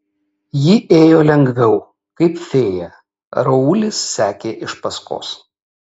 ji ėjo lengviau kaip fėja raulis sekė iš paskos